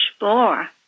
more